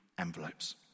envelopes